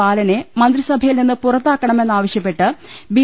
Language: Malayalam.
ബാലനെ ട മന്ത്രിസഭയിൽ നിന്ന് പുറത്താക്കണമെന്നാവശ്യപ്പെട്ട് ബി